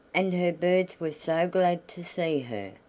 and her birds were so glad to see her!